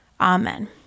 Amen